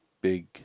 big